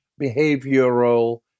behavioral